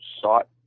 sought